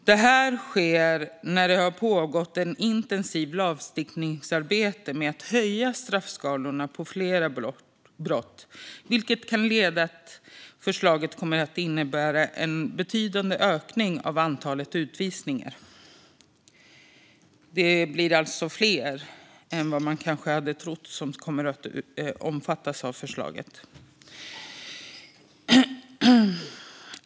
Det här sker när det har pågått ett intensivt lagstiftningsarbete med att höja straffskalorna för flera brott, vilket kan göra att förslaget kommer att innebära en betydande ökning av antalet utvisningar. Det kan alltså bli fler än man hade trott som kommer att omfattas av förslaget.